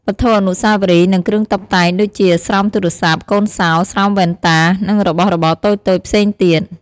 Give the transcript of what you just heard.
វត្ថុអនុស្សាវរីយ៍ និងគ្រឿងតុបតែង ដូចជា ស្រោមទូរស័ព្ទ កូនសោ ស្រោមវ៉ែនតា និងរបស់របរតូចៗផ្សេងទៀត។